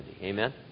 Amen